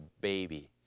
baby